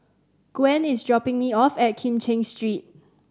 Gwen is dropping me off at Kim Cheng Street